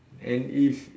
and if